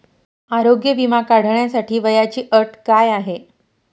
आरोग्य विमा काढण्यासाठी वयाची अट काय आहे?